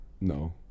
no